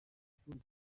tundi